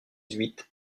jésuites